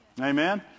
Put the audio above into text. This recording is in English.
Amen